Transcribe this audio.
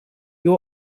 you